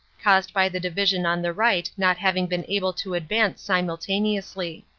caused by the division on the right not having been able to advance simultaneously.